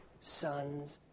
Son's